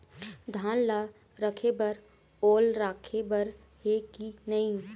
धान ला रखे बर ओल राखे बर हे कि नई?